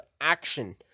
action